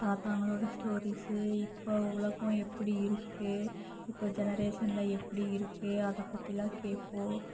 தாத்தாங்களோட stories இப்போ உலகம் எப்படி இருக்கு இப்போ ஜெனரேஷனில் எப்படி இருக்கு அதைப் பற்றிலாம் கேட்போம்